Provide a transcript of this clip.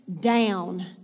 down